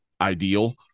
ideal